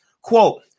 Quote